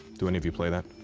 do any of you play that?